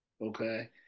okay